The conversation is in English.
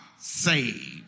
saved